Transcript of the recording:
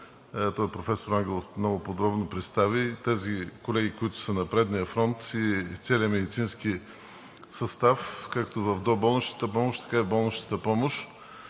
той професор Ангелов много подборно представи и тези колеги, които са на предния фронт и целия медицински състав, както в доболничната помощ, така и в болничната помощ.